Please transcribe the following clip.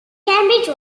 cambridge